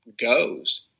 goes